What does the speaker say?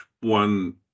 one